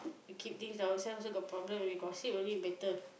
we keep things ourself also got problem we gossip only better